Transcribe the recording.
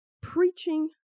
preaching